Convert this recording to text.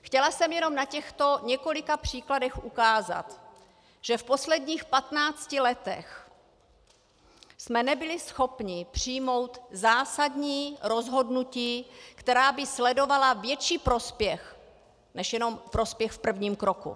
Chtěla jsem jen na těchto několika příkladech ukázat, že v posledních patnácti letech jsme nebyli schopni přijmout zásadní rozhodnutí, která by sledovala větší prospěch než jenom prospěch v prvním kroku.